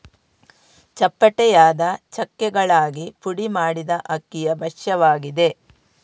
ಚಪ್ಪಟೆಯಾದ ಚಕ್ಕೆಗಳಾಗಿ ಪುಡಿ ಮಾಡಿದ ಅಕ್ಕಿಯ ಭಕ್ಷ್ಯವಾಗಿದೆ